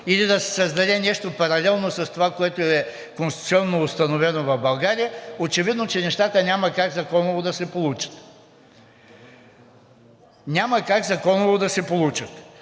или да се създаде нещо паралелно с това, което е конституционно установено в България, очевидно е, че нещата няма как законово да се получат. Няма как законово да се получат!